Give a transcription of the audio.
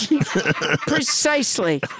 Precisely